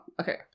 okay